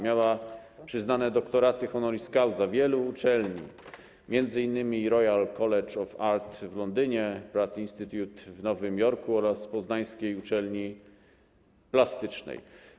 Miała przyznane doktoraty honoris causa wielu uczelni, m.in. Royal College of Art w Londynie, Pratt Institute w Nowym Jorku oraz poznańskiej uczelni plastycznej.